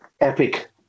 Epic